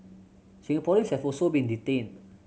Singaporeans have also been detained